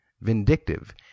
vindictive